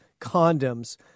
condoms